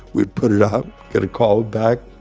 we'd put it out, get a call back.